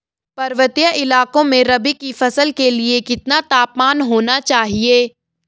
पर्वतीय इलाकों में रबी की फसल के लिए कितना तापमान होना चाहिए?